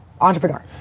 entrepreneur